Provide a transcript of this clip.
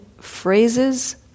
phrases